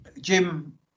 Jim